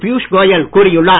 பியூஷ் கோயல் கூறியுள்ளார்